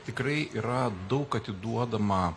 tikrai yra daug atiduodama